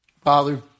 Father